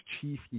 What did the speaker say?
Chief